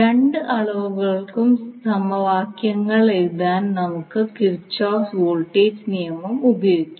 രണ്ട് അളവുകൾക്കും സമവാക്യങ്ങൾ എഴുതാൻ നമുക്ക് കിർചോഫ്സ് വോൾട്ടേജ് നിയമം ഉപയോഗിക്കാം